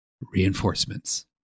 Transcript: reinforcements